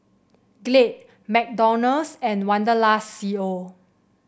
Glade McDonald's and Wanderlust C O